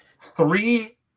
three